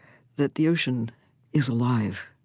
that the ocean is alive.